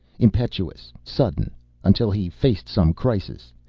impetuous, sudden until he faced some crisis.